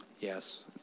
Yes